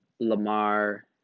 Lamar